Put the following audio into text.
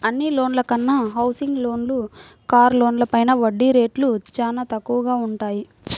అన్ని లోన్ల కన్నా హౌసింగ్ లోన్లు, కారు లోన్లపైన వడ్డీ రేట్లు చానా తక్కువగా వుంటయ్యి